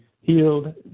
healed